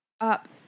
up